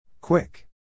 Quick